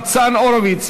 ניצן הורוביץ,